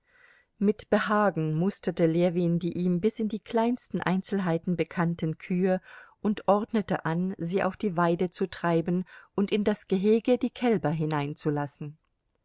mit behagen musterte ljewin die ihm bis in die kleinsten einzelheiten bekannten kühe und ordnete an sie auf die weide zu treiben und in das gehege die kälber hineinzulassen